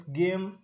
game